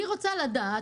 אני רוצה לדעת,